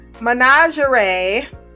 menagerie